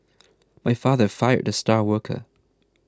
my father fired the star worker